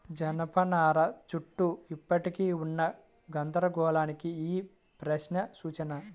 జనపనార చుట్టూ ఇప్పటికీ ఉన్న గందరగోళానికి ఈ ప్రశ్న సూచన